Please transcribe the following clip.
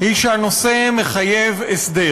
היא שהנושא מחייב הסדר,